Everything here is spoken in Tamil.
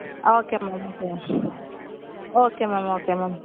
ah okay ma'am okay ma'am okay ma'am okay ma'am